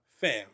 Fam